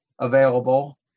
available